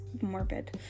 morbid